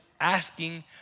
asking